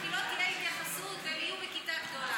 כי לא תהיה התייחסות והם יהיו בכיתה גדולה.